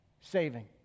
saving